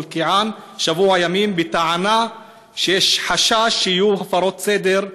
אבו אלקיעאן שבוע ימים בטענה שיש חשש שיהיו הפרות סדר,